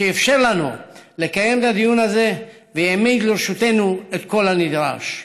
שאפשר לנו לקיים את הדיון הזה והעמיד לרשותנו את כל הנדרש.